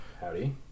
Howdy